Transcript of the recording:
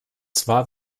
zwar